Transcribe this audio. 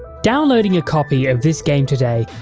downloading a copy of this game today,